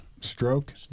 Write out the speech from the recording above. Stroke